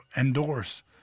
endorse